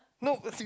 no must be